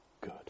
Good